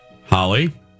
Holly